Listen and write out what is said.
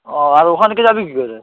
ও আর ওখান থেকে যাবি কী করে